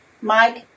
Mike